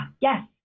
yes